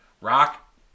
Rock